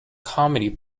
comedy